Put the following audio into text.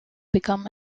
become